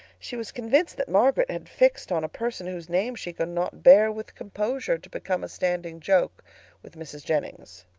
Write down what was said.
she was convinced that margaret had fixed on a person whose name she could not bear with composure to become a standing joke with mrs. jennings.